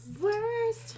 Worst